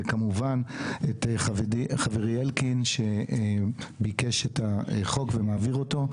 וכמובן את חברי אלקין, שביקש את החוק ומעביר אותו.